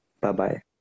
Bye-bye